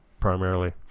primarily